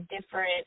different